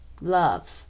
love